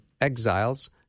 exiles